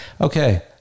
Okay